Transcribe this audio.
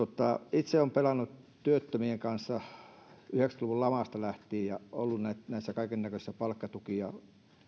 itse olen pelannut työttömien kanssa yhdeksänkymmentä luvun lamasta lähtien ja ollut näissä kaikennäköisissä palkkatuki ja